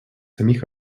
самих